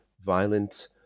violent